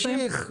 תמשיך.